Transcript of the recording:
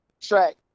track